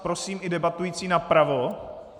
Prosím i debatující napravo.